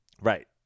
Right